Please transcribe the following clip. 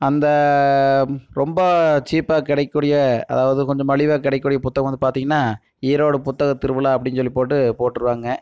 அந்த ரொம்ப சீப்பாக கடைக் கூடிய அதாவது கொஞ்சம் மலிவான கடைக் கூடிய புத்தகம் வந்து பார்த்தீங்கன்னா ஈரோடு புத்தக திருவிழா அப்படின் சொல்லி போட்டு போட்டுருவாங்க